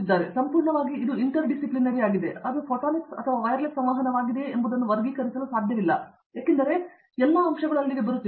ಮತ್ತೆ ಅದು ಸಂಪೂರ್ಣವಾಗಿ ಅಂತರಶಿಕ್ಷಣವಾಗಿದೆ ಅದು ಫೋಟೊನಿಕ್ಸ್ ಅಥವಾ ವೈರ್ಲೆಸ್ ಸಂವಹನವಾಗಿದೆಯೇ ಎಂಬುದನ್ನು ವರ್ಗೀಕರಿಸಲು ಸಾಧ್ಯವಿಲ್ಲ ಏಕೆಂದರೆ ಅದರ ಎಲ್ಲಾ ಅಂಶಗಳು ಅಲ್ಲಿಗೆ ಬರುತ್ತಿವೆ